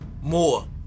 More